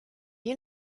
you